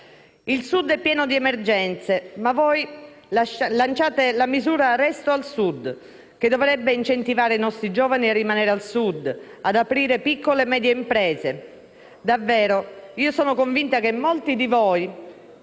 Il Sud è pieno di emergenze, ma voi lanciate la misura «Resto al Sud», che dovrebbe incentivare i nostri giovani a rimanere al Sud, ad aprire piccole e medie imprese. Davvero, io sono convinta che molti di voi